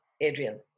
Adrian